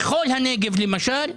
בכל הנגב למשל,